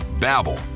Babble